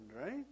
right